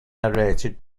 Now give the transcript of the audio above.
narrated